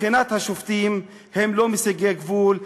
מבחינת השופטים הם לא מסיגי גבול,